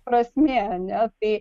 prasmė ar ne tai